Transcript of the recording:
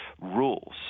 rules